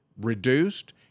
reduced